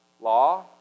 law